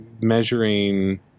measuring